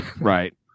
Right